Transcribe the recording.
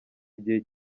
igihe